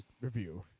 review